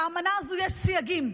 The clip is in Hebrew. לאמנה הזו יש סייגים.